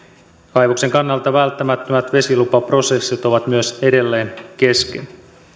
kaivoksen kannalta välttämättömät vesilupaprosessit ovat myös edelleen kesken